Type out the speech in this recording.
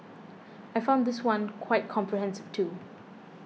I found this one quite comprehensive too